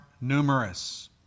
numerous